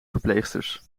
verpleegsters